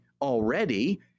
already